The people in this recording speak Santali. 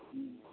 ᱦᱮᱸ